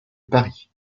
paris